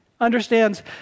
understands